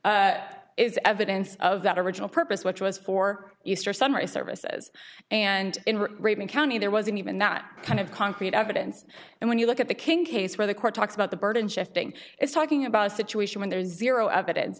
is evidence of that original purpose which was for easter sunrise services and raven county there wasn't even that kind of concrete evidence and when you look at the king case where the court talks about the burden shifting it's talking about a situation when there is zero evidence